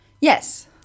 Yes